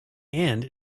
and